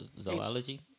Zoology